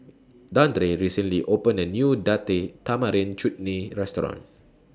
Dandre recently opened A New Date Tamarind Chutney Restaurant